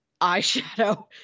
eyeshadow